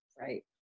right